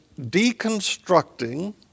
deconstructing